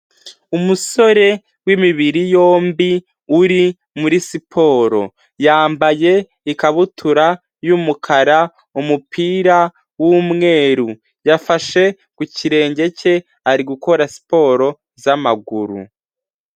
Umusore w'imibiri yombi uri muri siporo yambaye ikabutura y'umukara umupira w'umweru, yafashe ku kirenge cye ari gukora siporo z'amaguru.